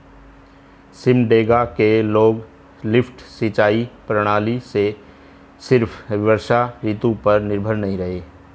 सिमडेगा के लोग लिफ्ट सिंचाई प्रणाली से सिर्फ वर्षा ऋतु पर निर्भर नहीं रहे